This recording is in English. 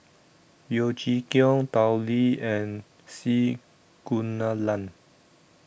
Yeo Chee Kiong Tao Li and C Kunalan